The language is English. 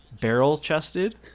barrel-chested